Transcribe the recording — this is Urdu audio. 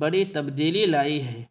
بڑی تبدیلی لائی ہے